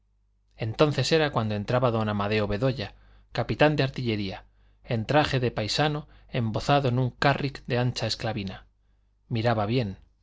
entonces era cuando entraba don amadeo bedoya capitán de artillería en traje de paisano embozado en un carrick de ancha esclavina miraba bien